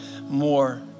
more